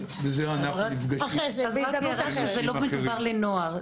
לא מדובר בנוער.